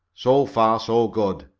so far so good.